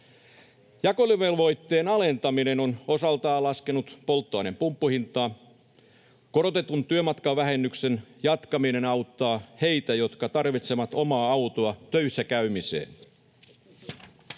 Jakeluvelvoitteen alentaminen on osaltaan laskenut polttoaineiden pumppuhintaa. Korotetun työmatkavähennyksen jatkaminen auttaa heitä, jotka tarvitsevat omaa autoa töissä käymiseen.